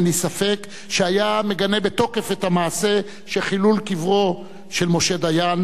אין לי ספק שהיה מגנה בתוקף את המעשה של חילול קברו של משה דיין,